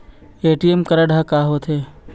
ATM card हा का होते?